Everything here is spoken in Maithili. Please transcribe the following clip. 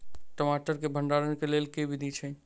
टमाटर केँ भण्डारण केँ लेल केँ विधि छैय?